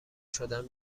شدن